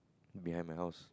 behind my house